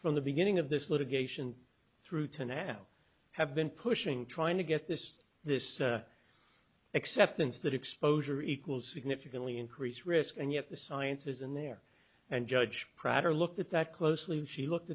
from the beginning of this litigation through to now have been pushing trying to get this this acceptance that exposure equals significantly increased risk and yet the science is in there and judge crowder looked at that closely she looked